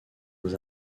nos